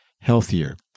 healthier